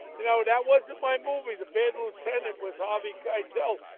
you know that wasn't my movie the bad lieutenant was harvey keitel,